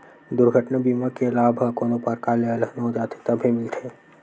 दुरघटना बीमा के लाभ ह कोनो परकार ले अलहन हो जाथे तभे मिलथे